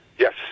Yes